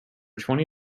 twenty